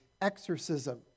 exorcism